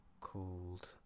called